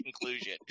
conclusion